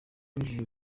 winjije